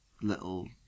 little